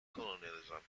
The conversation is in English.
colonialism